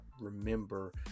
remember